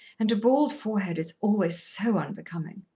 and a bald forehead is always so unbecomin'.